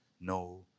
no